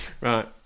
Right